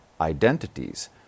identities